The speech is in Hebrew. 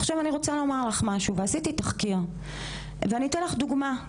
עכשיו אני רוצה לומר לך משהו ועשיתי תחקיר ואני אתן לך דוגמה.